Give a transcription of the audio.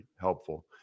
helpful